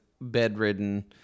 bedridden